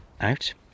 out